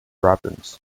robins